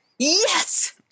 Yes